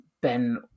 Ben